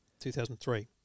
2003